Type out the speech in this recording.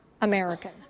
American